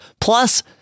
Plus